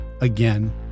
again